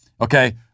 Okay